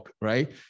right